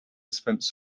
dispense